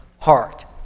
Heart